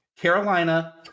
Carolina